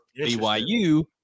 BYU